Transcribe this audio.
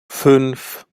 fünf